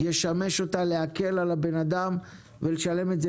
ישמש אותה להקל על האדם ולשלם את זה